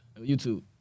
YouTube